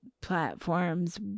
platforms